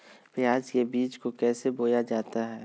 प्याज के बीज को कैसे बोया जाता है?